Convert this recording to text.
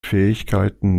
fähigkeiten